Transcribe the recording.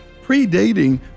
predating